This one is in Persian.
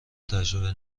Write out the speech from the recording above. تجربه